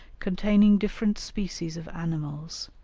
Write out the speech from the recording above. containing different species of animals,